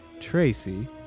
Tracy